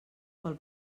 pel